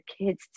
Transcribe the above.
kids